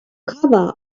cover